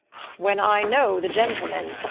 when i know the gentleman,